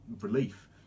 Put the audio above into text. relief